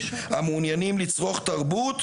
המעוניינים לצרוך תרבות,